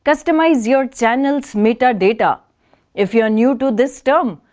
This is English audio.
customize your channel's metadata if you are new to this term,